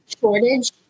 shortage